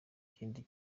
kindi